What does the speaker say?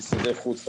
משרדי חוץ,